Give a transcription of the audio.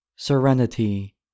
Serenity